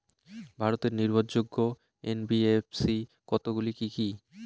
ভারতের নির্ভরযোগ্য এন.বি.এফ.সি কতগুলি কি কি?